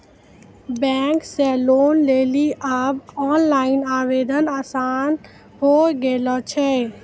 bank से loan लेली आब ओनलाइन आवेदन आसान होय गेलो छै